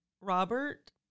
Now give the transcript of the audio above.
Robert